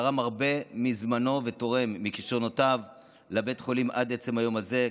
תרם הרבה מזמנו ותורם מכישרונותיו לבית החולים עד עצם היום הזה,